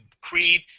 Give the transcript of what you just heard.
Creed